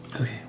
Okay